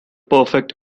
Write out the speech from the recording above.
perfect